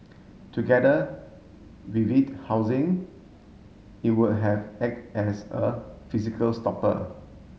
together with it housing it would have act as a physical stopper